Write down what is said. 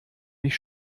mich